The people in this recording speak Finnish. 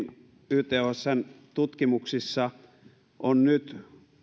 ythsn tutkimuksissa on nyt